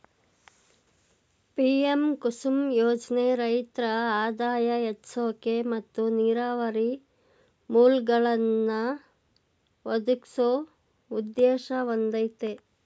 PM Kusum ಯೋಜ್ನೆ ರೈತ್ರ ಆದಾಯ ಹೆಚ್ಸೋಕೆ ಮತ್ತು ನೀರಾವರಿ ಮೂಲ್ಗಳನ್ನಾ ಒದಗ್ಸೋ ಉದ್ದೇಶ ಹೊಂದಯ್ತೆ